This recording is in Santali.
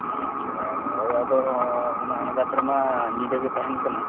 ᱟᱪᱪᱷᱟ ᱦᱳᱭ ᱟᱫᱚ ᱩᱱᱟᱹᱜ ᱟᱬᱜᱟᱛ ᱨᱮᱢᱟ ᱧᱤᱫᱟᱹ ᱜᱮ ᱛᱟᱦᱮᱱ ᱠᱟᱱᱟ